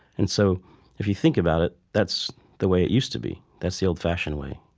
and so if you think about it, that's the way it used to be that's the old-fashioned way.